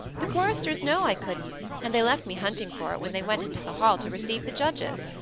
the choristers know i couldn't and they left me hunting for it when they went into the hall to receive the judges.